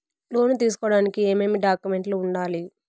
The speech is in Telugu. లోను తీసుకోడానికి ఏమేమి డాక్యుమెంట్లు ఉండాలి